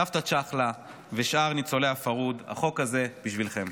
סבתא צ'חלה ושאר ניצולי הפרהוד, החוק הזה בשבילכם.